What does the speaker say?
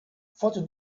faute